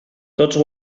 tots